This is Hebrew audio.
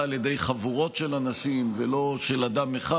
על ידי חבורות של אנשים ולא של אדם אחד,